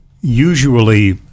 usually